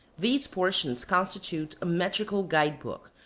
these portions constitute a metrical guide book,